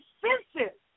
senses